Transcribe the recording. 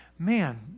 Man